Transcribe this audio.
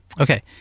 Okay